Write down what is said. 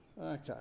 okay